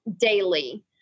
daily